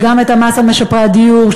וגם את המס על משפרי הדיור,